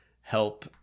help